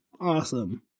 Awesome